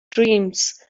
dreams